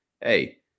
hey